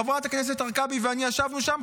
חברת הכנסת הרכבי ואני ישבנו שם,